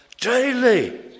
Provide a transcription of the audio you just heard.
daily